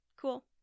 cool